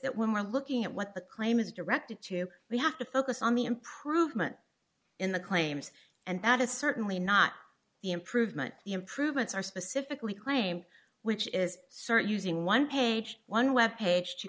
that when we're looking at what the claim is directed to we have to focus on the improvement in the claims and that is certainly not the improvement the improvements are specifically claim which is certain using one page one web page to